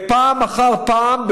ופעם אחר פעם,